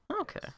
Okay